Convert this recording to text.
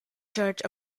church